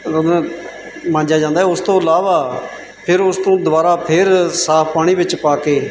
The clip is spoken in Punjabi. ਮਾਂਜਿਆ ਜਾਂਦਾ ਹੈ ਉਸ ਤੋਂ ਇਲਾਵਾ ਫਿਰ ਉਸ ਤੋਂ ਦੁਬਾਰਾ ਫਿਰ ਸਾਫ਼ ਪਾਣੀ ਵਿੱਚ ਪਾ ਕੇ